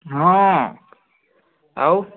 ହଁ ଆଉ